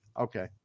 Okay